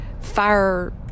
fire